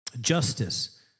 justice